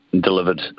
delivered